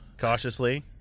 cautiously